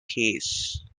case